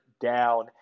down